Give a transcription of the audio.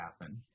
happen